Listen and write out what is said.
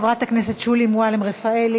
חברת הכנסת שולי מועלם-רפאלי,